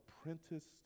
apprenticed